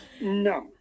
no